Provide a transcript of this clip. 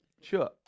Sure